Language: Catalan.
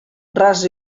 ras